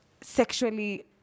sexually